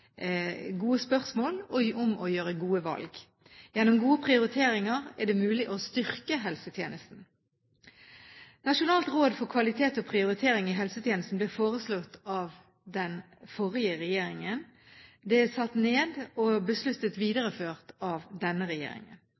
gode spørsmål om å gjøre gode valg. Gjennom gode prioriteringer er det mulig å styrke helsetjenesten. Nasjonalt råd for kvalitet og prioritering i helsetjenesten ble foreslått av den forrige regjeringen, det er satt ned og besluttet videreført av denne regjeringen.